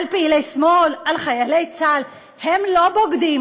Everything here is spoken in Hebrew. על פעילי שמאל, על חיילי צה"ל, הם לא בוגדים.